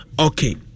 Okay